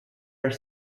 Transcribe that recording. are